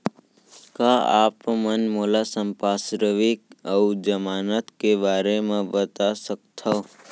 का आप मन मोला संपार्श्र्विक अऊ जमानत के बारे म बता सकथव?